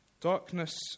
Darkness